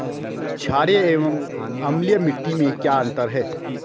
छारीय एवं अम्लीय मिट्टी में क्या अंतर है?